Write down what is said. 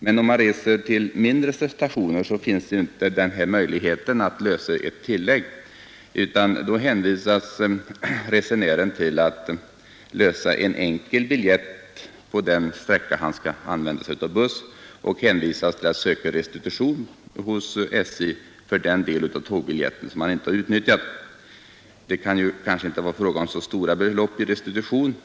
Men vid resor till mindre stationer finns inte denna möjlighet att lösa ett tillägg, utan då hänvisas resenären till att lösa en enkel biljett på den sträcka där han använder buss och söka restitution hos SJ för den del av tågbiljetten som han inte har utnyttjat. Det kan kanske inte vara fråga om så stora belopp i restitution.